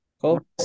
Cool